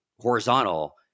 horizontal